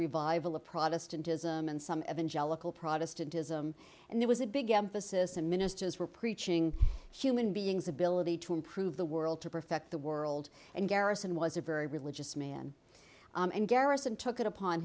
revival of protestantism and some protestantism and there was a big emphasis and ministers were preaching human being's ability to improve the world to perfect the world and garrison was a very religious man and garrison took it upon